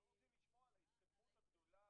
אנחנו רוצים לשמוע על ההתקדמות הגדולה